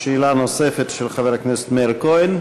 שאלה נוספת של חבר הכנסת מאיר כהן.